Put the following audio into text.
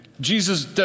Jesus